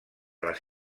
les